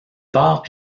part